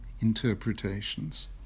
interpretations